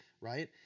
right